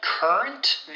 Current